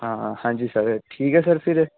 आं हां जी सर ठीक ऐ सर फिर